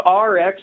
Rx